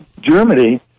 Germany